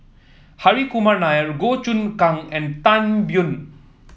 Hri Kumar Nair Goh Choon Kang and Tan Biyun